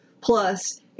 plus